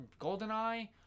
GoldenEye